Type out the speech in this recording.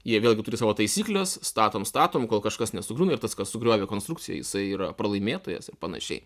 jie vėlgi turi savo taisykles statom statom kol kažkas nesugriūna ir tas kas sugriovė konstrukciją jisai yra pralaimėtojas ir panašiai